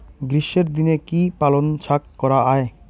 গ্রীষ্মের দিনে কি পালন শাখ করা য়ায়?